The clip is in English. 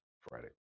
Friday